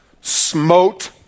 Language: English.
smote